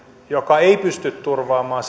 joka ei pysty turvaamaan